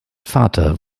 vater